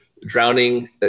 Drowning